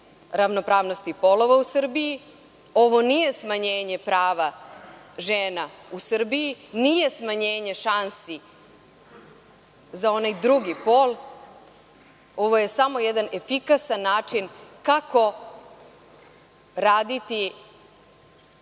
ravnopravnosti polova u Srbiji, ovo nije smanjenje prava žena u Srbiji, nije smanjenje šansi za onaj drugi pol, ovo je samo jedan efikasan način kako raditi